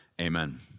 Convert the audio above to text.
Amen